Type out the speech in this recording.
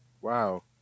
Wow